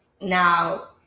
Now